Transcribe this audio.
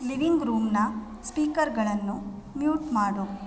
living ರೂಮ್ನ ಸ್ಪೀಕರ್ಗಳನ್ನು mute ಮಾಡು